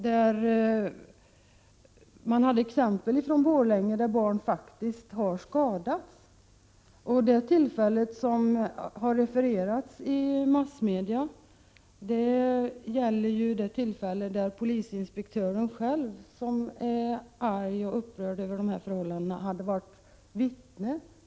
Det finns exempel från Borlänge där barn faktiskt har skadats. Det tillfälle som har refererats i massmedia gäller när polisinspektören själv, som är arg och upprörd över förhållandena, hade varit vittne.